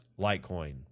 Litecoin